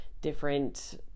different